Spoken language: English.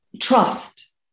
trust